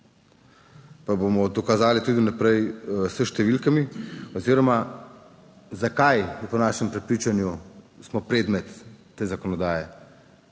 pa bomo dokazali tudi v naprej s številkami oziroma zakaj je po našem prepričanju, smo predmet te zakonodaje.